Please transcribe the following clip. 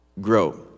grow